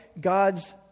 God's